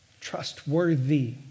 trustworthy